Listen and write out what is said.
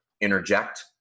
interject